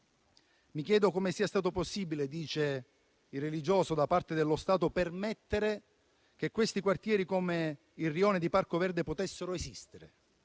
Mi chiedo come sia stato possibile - dice il religioso - da parte dello Stato permettere che questi quartieri, come il rione di Parco Verde, potessero esistere.